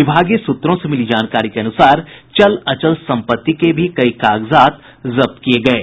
विभागीय सूत्रों से मिली जानकारी के अनुसार चल अचल संपत्ति के भी कई कागजात जब्त किये गये हैं